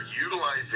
utilizing